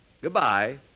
Goodbye